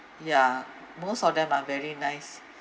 yeah most of them are very nice